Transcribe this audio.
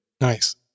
Nice